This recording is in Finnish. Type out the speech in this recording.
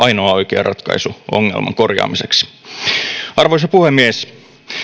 ainoa oikea ratkaisu ongelman korjaamiseksi arvoisa puhemies